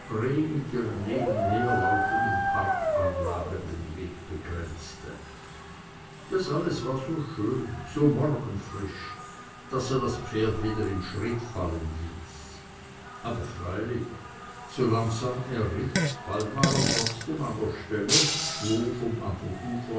mit ihren nebenherlaufenden parkanlagen den weg begrenzte das alles war so schön so morgenfrisch daß er das pferd wieder in schritt fallen ließ aber freilich so langsam er ritt bald war er trotzdem an der stelle wo vom andern ufer